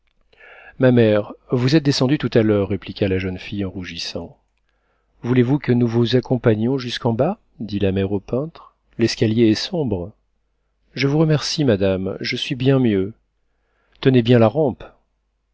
ma mère vous êtes descendue tout à l'heure répliqua la jeune fille en rougissant voulez-vous que nous vous accompagnions jusqu'en bas dit la mère au peintre l'escalier est sombre je vous remercie madame je suis bien mieux tenez bien la rampe